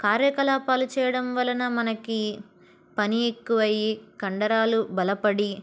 కార్యకలాపాలు చేయడం వలన మనకి పని ఎక్కువయ్యి కండరాలు బలపడి